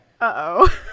uh-oh